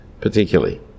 particularly